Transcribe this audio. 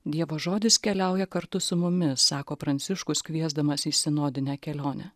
dievo žodis keliauja kartu su mumis sako pranciškus kviesdamas į sinodinę kelionę